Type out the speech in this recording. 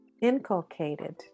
inculcated